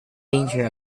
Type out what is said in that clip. danger